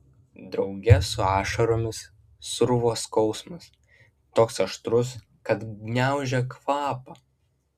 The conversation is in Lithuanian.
drauge su ašaromis sruvo skausmas toks aštrus kad gniaužė kvapą